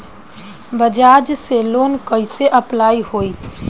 बजाज से लोन कईसे अप्लाई होई?